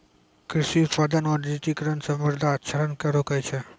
कृषि उत्पादन मे डिजिटिकरण मे मृदा क्षरण के रोकै छै